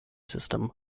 system